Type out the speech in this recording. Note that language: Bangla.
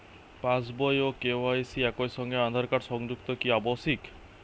পাশ বই ও কে.ওয়াই.সি একই সঙ্গে আঁধার কার্ড সংযুক্ত কি আবশিক?